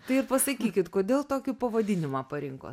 tai pasakykit kodėl tokį pavadinimą parinko